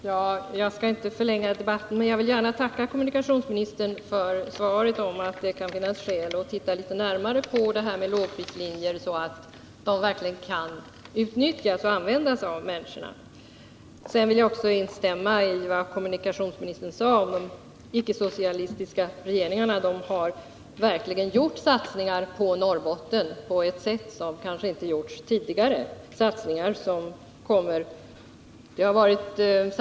Herr talman! Jag skall inte förlänga debatten, men jag vill gärna tacka kommunikationsministern för hans förklaring att det kan finnas skäl att se till att lågprislinjerna verkligen kan utnyttjas. Jag vill instämma i vad kommunikationsministern sade om att de Nr 30 icke-socialistiska regeringarna har gjort satsningar i Norrbotten på ett sätt Fredagen den som kanske inte förekommit tidigare och även vad han sade om de satsningar 16 november 1979 som kommer.